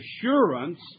assurance